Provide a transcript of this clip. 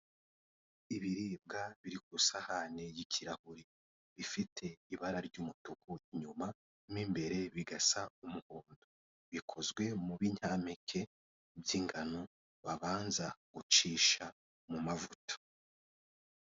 Ibiribwa biri ku isahani y'ikirahuri ifite ibara ry'umutuku inyuma mu imbere bigasa umuhondo bikozwe mu binyampeke by'ingano babanza gucisha mu mavuta.